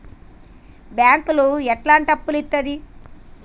బ్యాంకులు ఎట్లాంటి అప్పులు ఇత్తది?